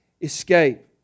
escape